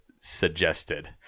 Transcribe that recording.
suggested